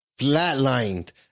flatlined